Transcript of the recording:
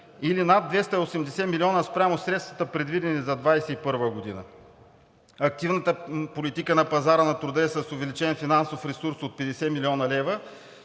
или над 280 млн. лв. спрямо средствата, предвидени за 2021 г. Активната политика на пазара на труда е с увеличен финансов ресурс от 50 млн. лв.